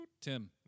Tim